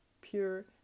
pure